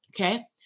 okay